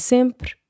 Sempre